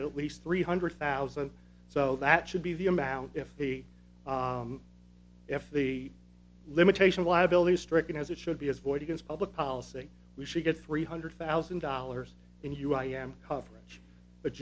get at least three hundred thousand so that should be the amount if the if the limitation liability stricken as it should be is void against public policy we should get three hundred thousand dollars in you i am coverage the